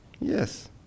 yes